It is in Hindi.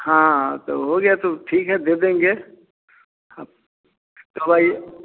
हाँ तब हो गया तो ठीक है दे देंगे आप कब आएंगे